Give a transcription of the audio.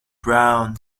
brown